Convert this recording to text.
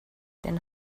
den